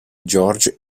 george